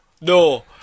no